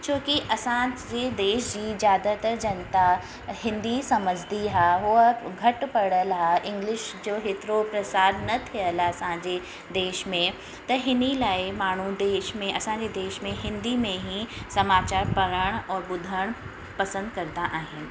छो कि असांजे देश जी ज़्यादातर जनता हिंदी समुझंदी आहे हूअ घटि पढ़ियल आहे इंग्लिश जो हेतिरो प्रसार न थियल आहे असांजे देश में त हिन्ही लाइ माण्हू देश में असांजे देश में हिंदी में ई समाचार पढ़ण और ॿुधणु पसंदि कंदा आहिनि